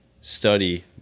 study